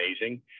amazing